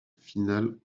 finale